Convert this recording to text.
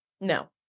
no